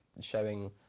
showing